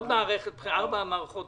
הדמוקרטיה תהיה חזקה יותר